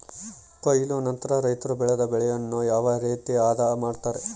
ಕೊಯ್ಲು ನಂತರ ರೈತರು ಬೆಳೆದ ಬೆಳೆಯನ್ನು ಯಾವ ರೇತಿ ಆದ ಮಾಡ್ತಾರೆ?